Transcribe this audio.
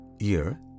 ear